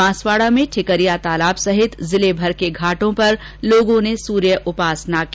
बांसवाड़ा में ठिकरिया तालाब सहित जिलेभर के घाटों पर लोगों ने सूर्य उपासना की